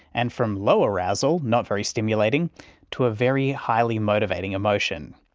and from low arousal not very stimulating to a very highly motivating emotion.